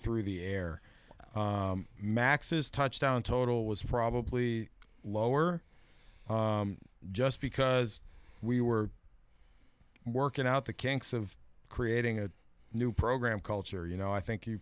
through the air maxes touchdown total was probably lower just because we were working out the kinks of creating a new program culture you know i think